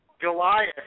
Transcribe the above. Goliath